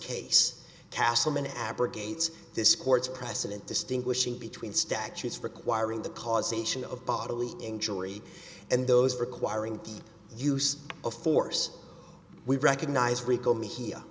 case castleman abrogates this court's precedent distinguishing between statutes requiring the causation of bodily injury and those requiring the use of force we recognize rico me here